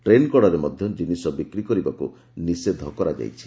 train କଡ଼ରେ ମଧ୍ଧ ଜିନିଷ ବିକ୍ରି କରିବାକୁ ନିଷେଧ କରାଯାଇଛି